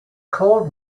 called